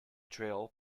trail